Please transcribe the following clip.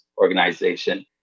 organization